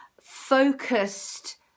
Focused